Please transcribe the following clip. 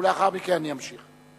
ולאחר מכן אני אמשיך.